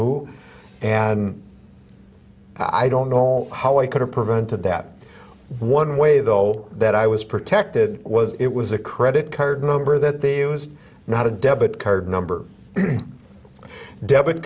who and i don't know how i could have prevented that one way though that i was protected was it was a credit card number that the was not a debit card number debit